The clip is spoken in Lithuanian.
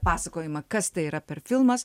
pasakojimą kas tai yra per filmas